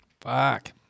Fuck